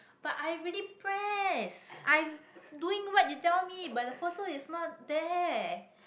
but i already press i doing what you tell me but the photo is not there